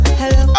hello